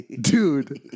Dude